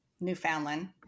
Newfoundland